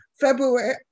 February